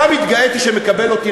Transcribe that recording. גם התגאיתי שמקבל אותי,